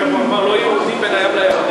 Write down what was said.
ואחר כך הוא אמר: לא יהודים בין הים לירדן.